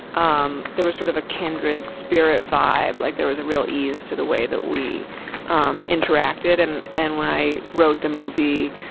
um there was sort of a kindred spirit vibe. like, there was a real ease to the way that we um interacted. and and when i wrote the movie,